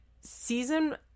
season